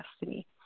destiny